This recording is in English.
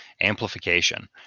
Amplification